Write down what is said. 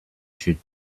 should